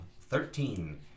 thirteen